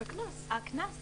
הקנס.